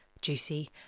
juicy